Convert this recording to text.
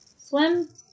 swim